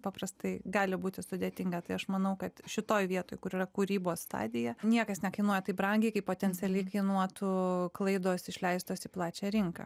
paprastai gali būti sudėtinga tai aš manau kad šitoj vietoj kur yra kūrybos stadija niekas nekainuoja taip brangiai kaip potencialiai kainuotų klaidos išleistos į plačią rinką